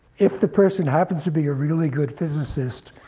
if the person happens to be a really good physicist,